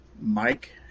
Mike